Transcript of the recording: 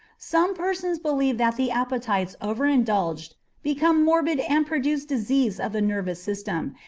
some persons believe that the appetites over-indulged become morbid and produce disease of the nervous system,